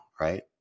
right